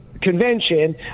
convention